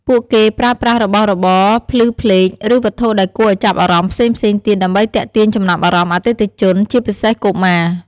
ពួកគេប្រើប្រាស់របស់របរភ្លឺផ្លេក ឬវត្ថុដែលគួរឱ្យចាប់អារម្មណ៍ផ្សេងៗទៀតដើម្បីទាក់ទាញចំណាប់អារម្មណ៍អតិថិជន ជាពិសេសកុមារ។